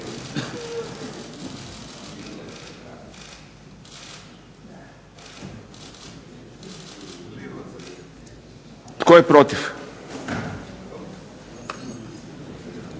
Tko je protiv?